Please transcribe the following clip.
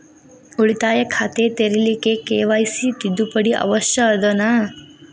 ಉಳಿತಾಯ ಖಾತೆ ತೆರಿಲಿಕ್ಕೆ ಕೆ.ವೈ.ಸಿ ತಿದ್ದುಪಡಿ ಅವಶ್ಯ ಅದನಾ?